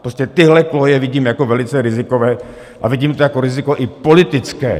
Prostě tyhle koleje vidím jako velice rizikové a vidím to jako riziko i politické.